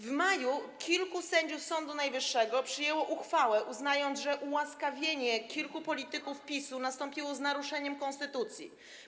W maju kilku sędziów Sądu Najwyższego przyjęło uchwałę, uznając, że ułaskawienie kilku polityków PiS-u nastąpiło z naruszeniem konstytucji.